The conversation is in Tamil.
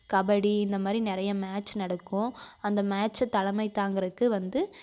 கபடி இந்தமாதிரி நிறைய மேட்ச் நடக்கும் அந்த மேட்ச்சை தலைமை தாங்கிறக்கு வந்து